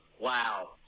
Wow